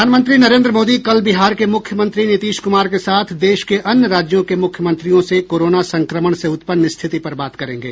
प्रधानमंत्री नरेन्द्र मोदी कल बिहार के मुख्यमंत्री नीतीश कुमार के साथ देश के अन्य राज्यों के मुख्यमंत्रियों से कोरोना संक्रमण से उत्पन्न स्थिति पर बात करेंगे